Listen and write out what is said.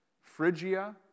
Phrygia